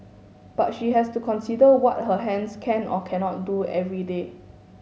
but she has to consider what her hands can or cannot do every day